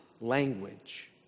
language